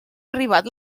arribat